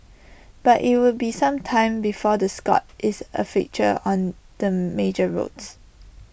but IT will be some time before the Scot is A fixture on the major roads